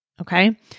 Okay